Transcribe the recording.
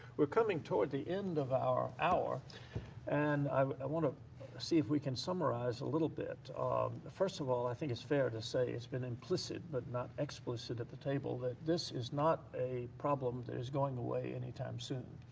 we're coming toward the end of our hour and um i want to see if we can summarize a little bit. um first of all, i think it's fair to say it's been implicit but not explicit at the table that this is not a problem that is going away anytime soon.